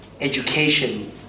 education